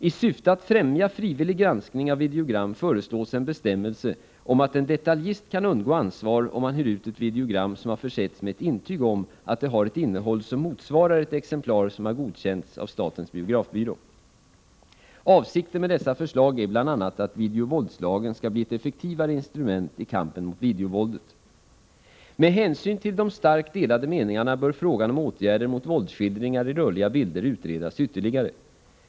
I syfte att främja frivillig granskning av videogram föreslås en bestämmelse om att en detaljist kan undgå ansvar om han hyr ut ett videogram som har försetts med ett intyg om att det har ett innehåll som motsvarar ett exemplar som har godkänts av statens biografbyrå. Avsikten med dessa förslag är bl.a. att videovåldslagen skall bli ett effektivare instrument i kampen mot videovåldet. Med hänsyn till de starkt delade meningarna bör frågan om åtgärder mot våldsskildringar i rörliga bilder utredas ytterligare.